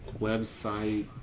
Website